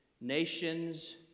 Nations